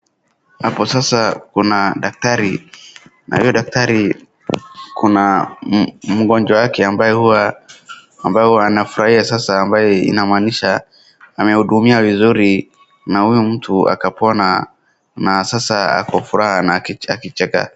Hapo sasa kuna daktari na hiyo daktari kuna mgonjwa wake ambaye huwa amefurahia sasa ambaye inamanisha amehudumia vizuri na huyu mtu akapona na sasa ako furaha na akicheka.